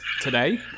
Today